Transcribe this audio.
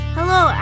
Hello